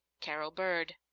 carol bird.